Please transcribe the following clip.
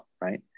right